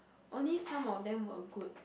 only some of them were good